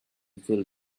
filled